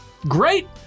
great